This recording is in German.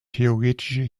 theoretische